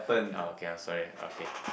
oh okay ah sorry okay